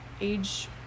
age